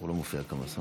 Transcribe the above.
הוא לא מופיע כאן בסוף.